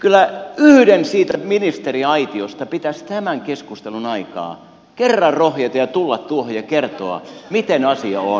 kyllä yhden sieltä ministeriaitiosta pitäisi tämän keskustelun aikana kerran rohjeta ja tulla tuohon ja kertoa miten asia on